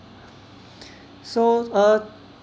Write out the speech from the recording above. so uh